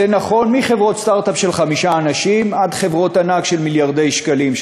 זה נכון מחברות סטרט-אפ של חמישה אנשים עד חברות ענק של מיליארדי שקלים,